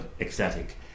ecstatic